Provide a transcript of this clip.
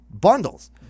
bundles